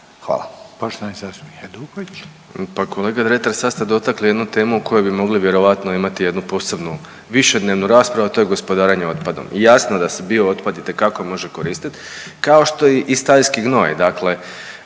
Domagoj (Socijaldemokrati)** Pa kolega Dretar sad ste dotakli jednu temu o kojoj bi mogli vjerojatno imati jednu posebnu višednevnu raspravu, a to je gospodarenje otpadom. I jasno da se biootpad itekako može koristit kao što i stajski gnoj,